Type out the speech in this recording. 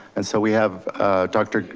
and so we have dr.